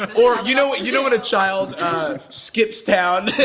ah or, you know, and you know when a child skips town?